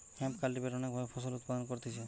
hemp cultivate অনেক ভাবে ফসল উৎপাদন করতিছে